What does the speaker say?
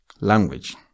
language